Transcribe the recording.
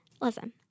Listen